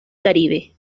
caribe